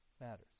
matters